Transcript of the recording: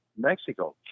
Mexico